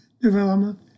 development